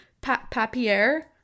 Papier